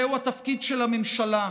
זהו התפקיד של הממשלה,